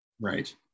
right